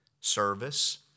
service